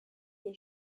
des